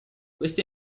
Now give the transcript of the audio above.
questi